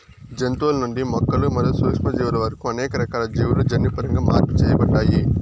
జంతువుల నుండి మొక్కలు మరియు సూక్ష్మజీవుల వరకు అనేక రకాల జీవులు జన్యుపరంగా మార్పు చేయబడ్డాయి